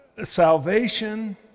Salvation